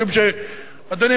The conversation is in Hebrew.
משום שאדוני,